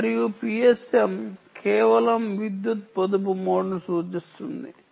మరియు PSM కేవలం విద్యుత్ పొదుపు మోడ్ను సూచిస్తుంది